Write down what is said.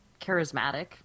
charismatic